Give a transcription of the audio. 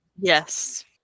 Yes